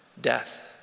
death